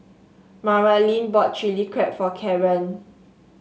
Maralyn bought Chilli Crab for Caren